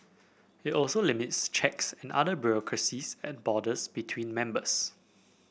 it also limits checks and other bureaucracies at borders between members